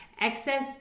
excess